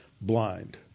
blind